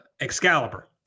Excalibur